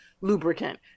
lubricant